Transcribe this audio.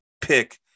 pick